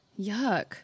yuck